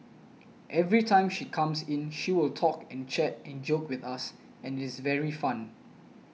every time she comes in she will talk and chat and joke with us and it is very fun